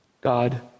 God